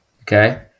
Okay